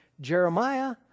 Jeremiah